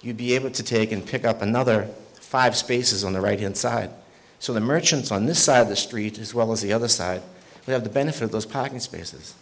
you'd be able to take in pick up another five spaces on the radiant side so the merchants on this side of the street as well as the other side we have the benefit of those parking spaces